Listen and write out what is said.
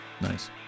Nice